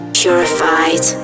purified